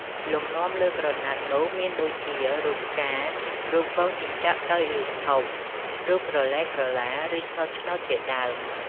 លំនាំលើក្រណាត់នោះមានដូចជារូបផ្កា រូបពងជីងចក់តូច ឬ ធំ រូបក្រឡេក្រឡា ឬ ឆ្នូតៗជាដើម។